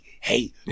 hey